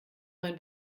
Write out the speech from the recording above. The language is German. mein